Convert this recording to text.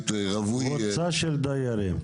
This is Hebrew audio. קבוצה של דיירים.